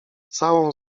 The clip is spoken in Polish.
całą